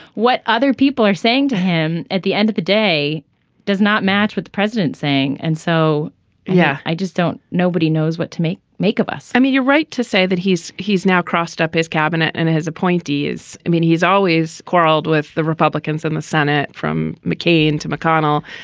what other people are saying to him at the end of the day does not match with the president saying. and so yeah i just don't. nobody knows what to make make of us i mean you're right to say that he's he's now crossed up his cabinet and his appointees. i mean he's always quarreled with the republicans in the senate from mccain to mcconnell.